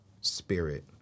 spirit